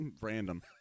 random